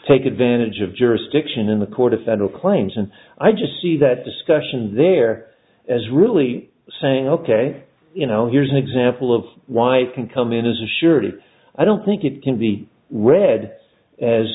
take advantage of jurisdiction in the court of federal claims and i just see that discussion there as really saying ok you know here's an example of why it can come in as a surety i don't think it can be read as